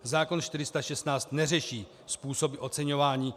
Zákon 416 neřeší způsoby oceňování.